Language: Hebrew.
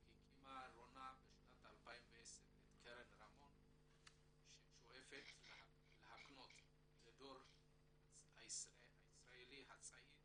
הקימה רונה בשנת 2010 את קרן רמון ששואפת להקנות לדור הישראלי הצעיר